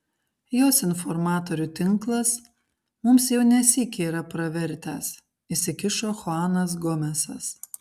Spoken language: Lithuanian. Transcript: jos informatorių tinklas mums jau ne sykį yra pravertęs įsikišo chuanas gomesas